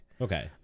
Okay